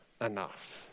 enough